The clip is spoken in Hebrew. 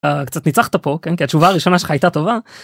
קצת ניצחת פה כן כי התשובה הראשונה שלך הייתה טובה.